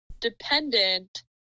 dependent